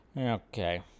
Okay